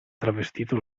travestito